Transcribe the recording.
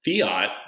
fiat